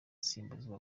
basimbuzwa